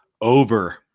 Over